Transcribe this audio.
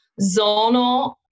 zonal